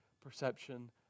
perception